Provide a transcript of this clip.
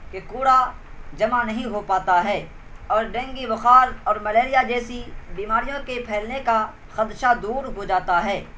کہ کوڑا جمع نہیں ہو پاتا ہے اور ڈینگی بخار اور ملیریا جیسی بیماریوں کے پھیلنے کا خدشہ دور ہو جاتا ہے